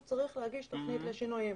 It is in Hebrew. הוא צריך להגיש תוכנית לשינויים.